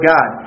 God